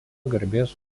garbės